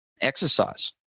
exercise